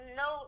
no